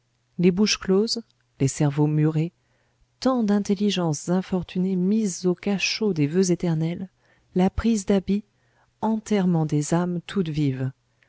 les bouches closes les cerveaux murés tant d'intelligences infortunées mises au cachot des voeux éternels la prise d'habit enterrement des âmes toutes vives